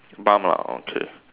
bun ah okay